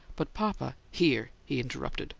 but, papa here! he interrupted,